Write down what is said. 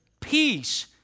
peace